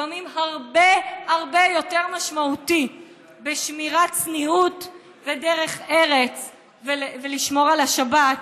לפעמים הרבה יותר משמעותי בשמירת צניעות ודרך ארץ מלשמור על השבת,